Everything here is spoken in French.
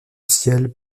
ciel